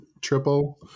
triple